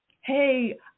Hey